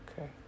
Okay